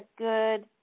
good